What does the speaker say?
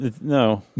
No